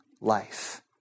life